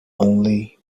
only